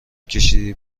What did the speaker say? کشیدی